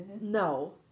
No